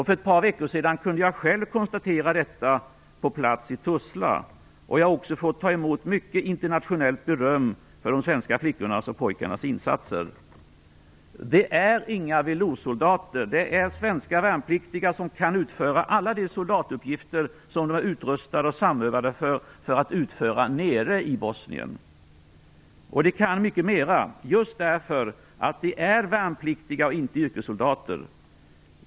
För ett par veckor sedan kunde jag själv konstatera detta på plats i Tuzla. Jag har också fått ta emot mycket internationellt beröm för de svenska flickornas och pojkarnas insatser. De är inga veloursoldater. De är svenska värnpliktiga som kan utföra alla de soldatuppgifter som de är utrustade och samövade för att utföra nere i Bosnien. Och de kan mycket mera, just därför att de är värnpliktiga och inte yrkessoldater.